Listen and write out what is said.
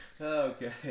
Okay